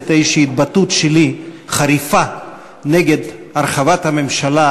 איזו התבטאות חריפה שלי נגד הרחבת הממשלה,